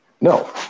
No